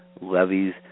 Levies